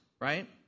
right